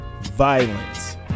violence